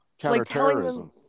counterterrorism